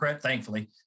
thankfully